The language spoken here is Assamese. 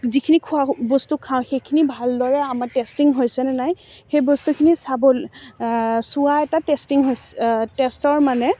যিখিনি খোৱা বস্তু খাওঁ সেইখিনি ভালদৰে আমাৰ টেষ্টিং হৈছেনে নাই সেই বস্তুখিনি চাবলে চোৱা এটা টেষ্টিং হৈছে টেষ্টৰ মানে